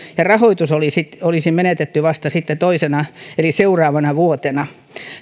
ja rahoitus olisi olisi menetetty vasta sitten toisena eli seuraavana vuotena